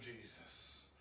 Jesus